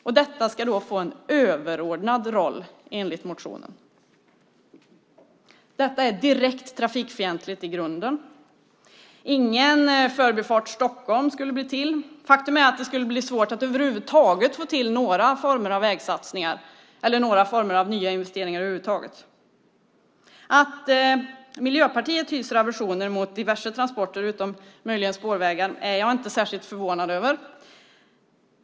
Och detta ska få en överordnad roll, enligt motionen. Detta är direkt trafikfientligt i grunden. Ingen Förbifart Stockholm skulle bli till. Faktum är att det skulle bli svårt att över huvud taget få till några former av vägsatsningar eller nya investeringar över huvud taget. Att Miljöpartiet hyser aversioner mot diverse transporter, utom möjligen på spårvägar, är jag inte särskilt förvånad över.